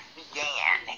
began